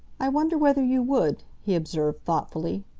i wonder whether you would? he observed thoughtfully.